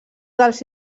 dels